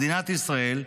מדינת ישראל,